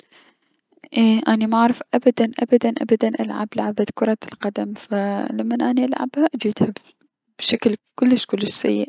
اني معرف ابدا ابدا ابدا العب كرة القدم فلمن اني العبها اجدها بشكل كلش كلش سيء.